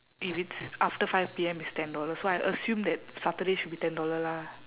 if it's after five P_M it's ten dollar so I assume that saturday should be ten dollar lah